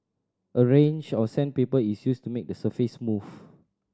a range of sandpaper is used to make the surface smooth